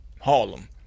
Harlem